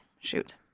shoot